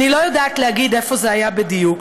אני לא יודעת להגיד איפה זה היה בדיוק,